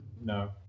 No